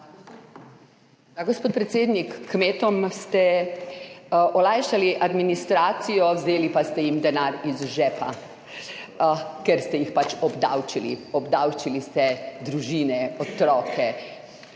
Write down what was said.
Gospod predsednik, kmetom ste olajšali administracijo, vzeli pa ste jim denar iz žepa, ker ste jih pač obdavčili. Obdavčili ste družine, otroke,